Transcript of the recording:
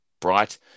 bright